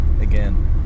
again